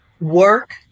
work